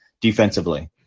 defensively